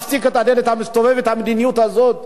ואז להתמודד עם השאלה הזאת,